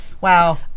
Wow